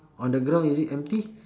on the ground is it empty